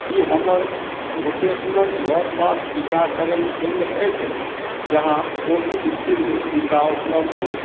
कि हमर लोकेशनके लगपास टीकाकरण केन्द्रके अछि जहाँ कोविशील्ड टीका उपलब्ध हो